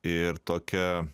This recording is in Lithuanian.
ir tokia